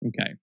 Okay